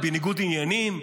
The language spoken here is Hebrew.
היא בניגוד עניינים,